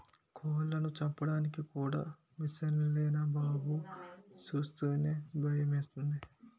కోళ్లను చంపడానికి కూడా మిసన్లేరా బాబూ సూస్తేనే భయమేసింది